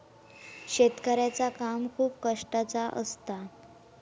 शेतकऱ्याचा काम खूप कष्टाचा असता